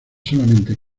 solamente